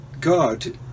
God